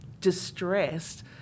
distressed